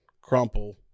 crumple